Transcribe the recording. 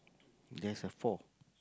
there's a four